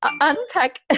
unpack